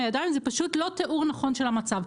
ידיים זה פשוט לא תיאור נכון של המצב.